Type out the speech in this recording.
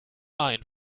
ein